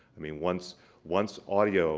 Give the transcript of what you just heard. i mean, once once audio